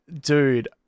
Dude